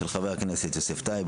של חברי הכנסת יוסף טייב,